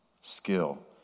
skill